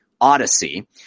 Odyssey